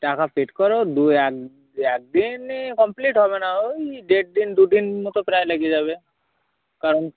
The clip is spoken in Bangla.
টাকা পেইড করো দু এক এক দিনে কমপ্লিট হবে না ওই দেড় দিন দু দিন মতো প্রায় লেগে যাবে কারণ